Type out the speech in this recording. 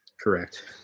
Correct